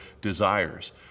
desires